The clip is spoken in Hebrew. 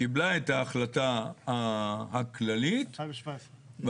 שקיבלה את ההחלטה הכללית --- ב-2017.